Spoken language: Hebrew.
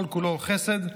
כל-כולו חסד,